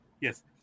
Yes